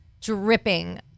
dripping